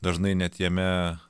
dažnai net jame